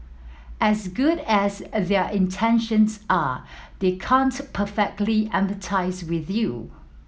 as good as a their intentions are they can't perfectly empathise with you